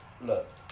Look